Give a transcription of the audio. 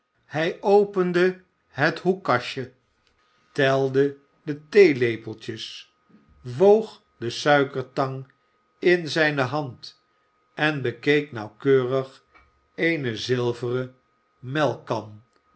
hij opende het hoekkastje telde de theelepeltjes woog de suikertang in zijne hand en bekeek nauwkeurig eene zilveren melkkan